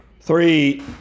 Three